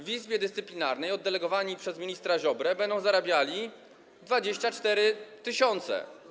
W Izbie Dyscyplinarnej, oddelegowani przez ministra Ziobrę, będą zarabiali 24 tys.